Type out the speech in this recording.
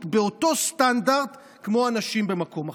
באותו סטנדרט כמו אנשים במקום אחר.